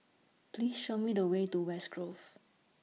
Please Show Me The Way to West Grove